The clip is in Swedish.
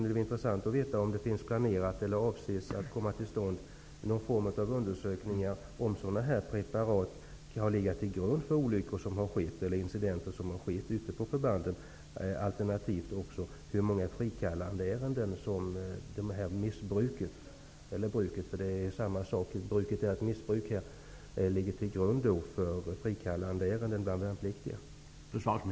Det är också intressant att få veta om man planerar att göra någon form av undersökningar som kan visa om dessa preparat kan ha legat till grund för olyckor och incidenter som har skett på förbanden alternativt hur många frikallandeärenden av värnpliktiga som har orsakats av det här missbruket eller bruket -- det är samma sak eftersom bruket är att missbruka.